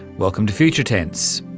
welcome to future tense.